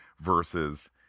versus